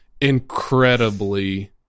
incredibly